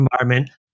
environment